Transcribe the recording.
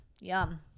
Yum